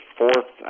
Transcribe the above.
fourth